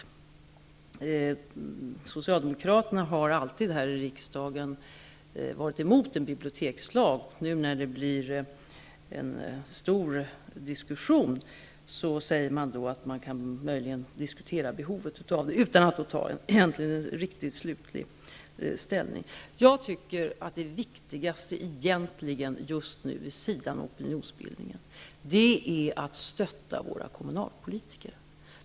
Socialdemokraterna har här i riksdagen alltid varit emot en bibliotekslag. När det nu blir en stor debatt säger man att man möjligen kan diskutera behovet av en sådan, utan att egentligen riktigt ta slutlig ställning. Jag tycker att det viktigaste just nu vid sidan av opinionsbildningen är att stötta våra kommunalpolitiker.